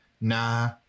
nah